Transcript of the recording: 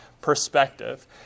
perspective